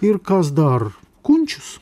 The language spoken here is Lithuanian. ir kas dar kunčius